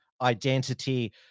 identity